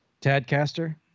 Tadcaster